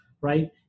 right